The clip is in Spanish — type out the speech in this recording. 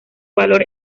valor